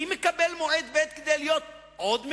מי מקבל מועד ב' כדי להיות עוד ממשלה,